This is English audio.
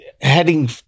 heading